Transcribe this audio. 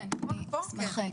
בבקשה.